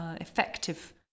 effective